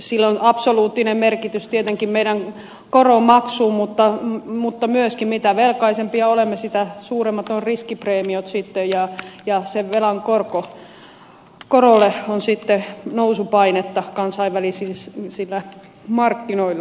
sillä on absoluuttinen merkitys tietenkin meidän koronmaksulle mutta myöskin mitä velkaisempia olemme sitä suuremmat ovat riskipreemiot sitten ja sen velan korolle on sitten nousupainetta kansainvälisillä markkinoilla